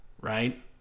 right